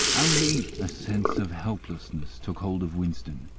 only a sense of helplessness took hold of winston.